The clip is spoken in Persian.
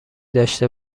داشته